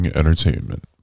entertainment